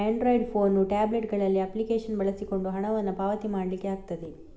Android phone, tablet ಗಳಲ್ಲಿ application ಬಳಸಿಕೊಂಡು ಹಣವನ್ನ ಪಾವತಿ ಮಾಡ್ಲಿಕ್ಕೆ ಆಗ್ತದೆ